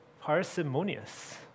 parsimonious